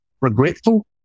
regretful